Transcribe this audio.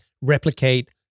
replicate